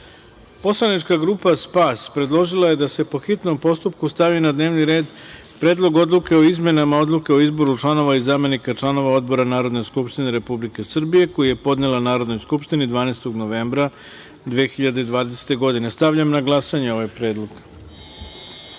predlog. Poslanička grupa SPAS predložila je da se, po hitnom postupku, stavi na dnevni red Predlog odluke o izmenama Odluke o izboru članova i zamenika članova odbora Narodne skupštine Republike Srbije, koji je podnela Narodnoj skupštini 12. novembra 2020. godine. Stavljam na glasanje ovaj